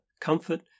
comfort